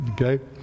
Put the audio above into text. Okay